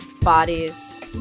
bodies